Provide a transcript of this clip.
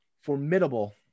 formidable